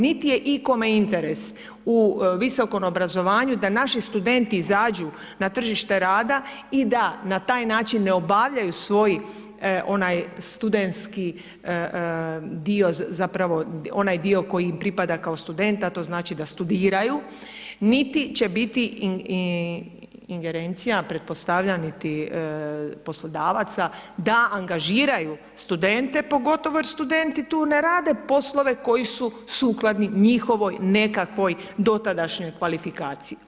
Niti je ikome interes u visokom obrazovanju da naši studenti izađu na tržište rada i da na taj način ne obavljaju svoj onaj studentski dio, zapravo onaj dio koji im pripada kao student, to znači da studiraju, niti će biti ingerencija, pretpostavljam niti poslodavaca da angažiraju studente, pogotovo jer studenti tu ne rade poslove koji su sukladni njihovoj nekakvoj dotadašnjoj kvalifikaciji.